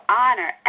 honor